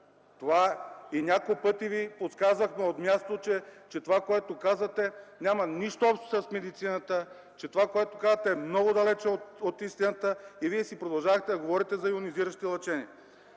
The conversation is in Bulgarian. пъти от място Ви подсказахме, че това, което казвате, няма нищо общо с медицината, че това, което казвате, е много далече от истината, и Вие си продължавате да говорите за йонизиращи лъчения.